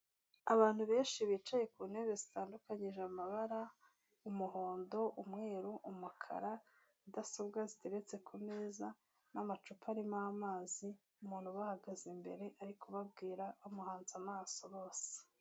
Abantu benshi bicaye ku ntebe zitandukanyije amabara umuhondo, umweru, umukara mudasobwa ziteretse ku meza n'amacupa arimo amazi umuntu ubahagaze imbere ari kubabwira bamuhanze amaso bose.